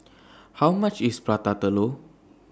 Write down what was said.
How much IS Prata Telur